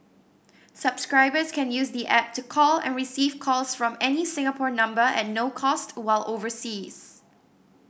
subscribers can use the app to call and receive calls from any Singapore number at no cost while overseas